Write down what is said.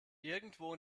irgendwo